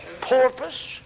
Porpoise